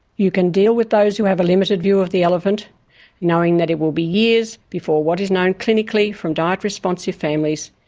you can deal with those who have a limited view of the elephant knowing that it will be years before what is known clinically from diet responsive families,